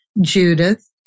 judith